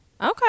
Okay